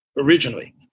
originally